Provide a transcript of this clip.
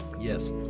Yes